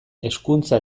hezkuntza